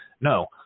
No